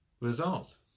Results